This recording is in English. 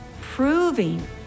proving